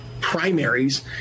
primaries